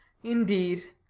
indeed?